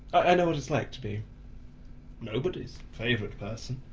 i know what it's like to be nobody's favourite person.